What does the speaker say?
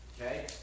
Okay